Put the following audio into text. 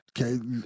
Okay